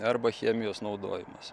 arba chemijos naudojimas